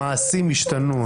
המעשים השתנו.